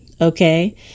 Okay